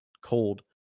cold